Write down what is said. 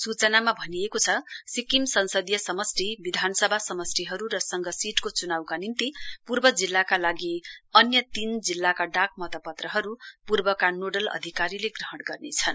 सूचनामा भनिएको छ सिक्किम संसदीय समष्टि विधानसभा समष्टिहरू र संघ सीटको च्नाउका निम्ति पूर्व जिल्लाका लागि डाक मतपत्रहरू पूर्वका नोडल अधिकारीले ग्रहण गर्नेछन्